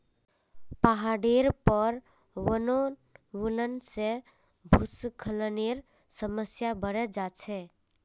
पहाडेर पर वनोन्मूलन से भूस्खलनेर समस्या बढ़े जा छे